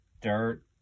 Dirt